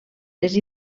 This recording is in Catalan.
les